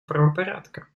правопорядка